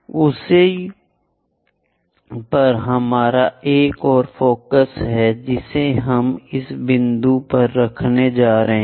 उसी पर हमारा एक और फोकस है जिसे हम इस बिंदु पर रखने जा रहे हैं